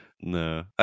No